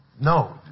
No